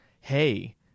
Hey